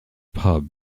pub